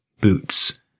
boots